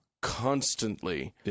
constantly